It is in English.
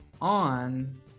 on